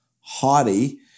haughty